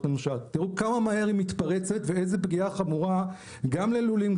תראו כמה מהר היא מתפרצת ואיזה פגיעה חמורה גם ללולים,